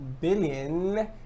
billion